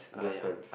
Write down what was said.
just pants